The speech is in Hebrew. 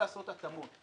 אפשר לעשות התאמות.